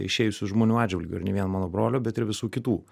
išėjusių žmonių atžvilgiu ir ne vien mano brolio bet ir visų kitų